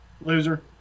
Loser